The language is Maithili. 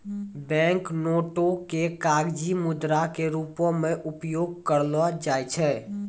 बैंक नोटो के कागजी मुद्रा के रूपो मे उपयोग करलो जाय छै